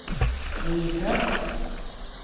एहीसँ